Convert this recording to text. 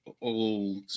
old